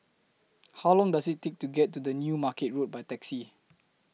How Long Does IT Take to get to The New Market Road By Taxi